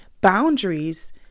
boundaries